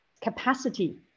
capacity